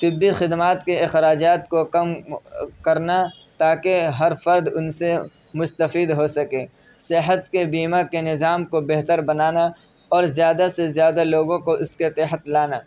طبّی خدمات کے اخراجات کو کم کرنا تا کہ ہر فرد ان سے مستفید ہو سکے صحت کے بیمہ کے نظام کو بہتر بنانا اور زیادہ سے زیادہ لوگوں کو اس کے تحت لانا